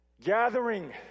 Gathering